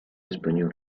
español